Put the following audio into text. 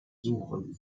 suchen